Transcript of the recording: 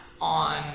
on